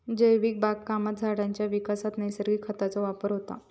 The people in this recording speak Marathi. जैविक बागकामात झाडांच्या विकासात नैसर्गिक खतांचो वापर होता